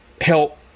help